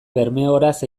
bermeoeraz